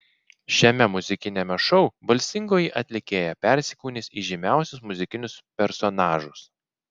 šiame muzikiniame šou balsingoji atlikėja persikūnys į žymiausius muzikinius personažus